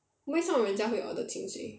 为什么人家会 order 清水